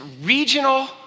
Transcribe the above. regional